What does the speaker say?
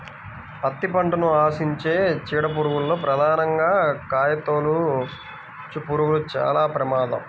పత్తి పంటను ఆశించే చీడ పురుగుల్లో ప్రధానంగా కాయతొలుచుపురుగులు చాలా ప్రమాదం